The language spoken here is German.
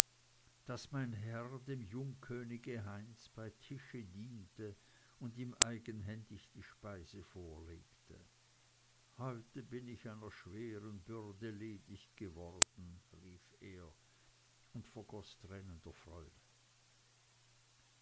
daß mein herr dem jungkönige heinz bei tische diente und ihm eigenhändig die speise vorlegte heute bin ich einer schweren bürde ledig geworden rief er und vergoß tränen der freude